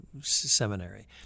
seminary